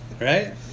Right